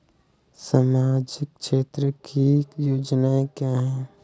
सामाजिक क्षेत्र की योजनाएँ क्या हैं?